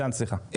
בכל מקרה,